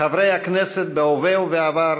חברי הכנסת בהווה ובעבר,